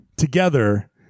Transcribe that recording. together